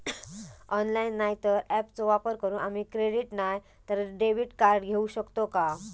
Online नाय तर ऍपचो वापर करून आम्ही क्रेडिट नाय तर डेबिट कार्ड घेऊ शकतो का?